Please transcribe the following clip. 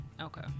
Okay